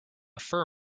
fur